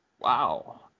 wow